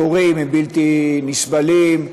התורים בלתי נסבלים,